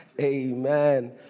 Amen